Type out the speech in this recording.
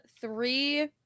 three